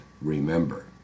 remember